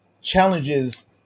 challenges